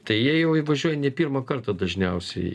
tai jie jau įvažiuoja ne pirmą kartą dažniausiai